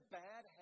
bad